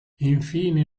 infine